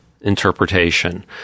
interpretation